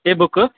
A book